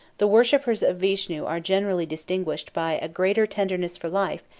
the worshippers of vishnu are generally distinguished by a greater tenderness for life,